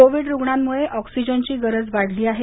Covid रुग्णांमुळे ऑक्सिजनची गरज वाढली आहे